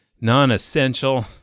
non-essential